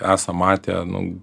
esam matę nu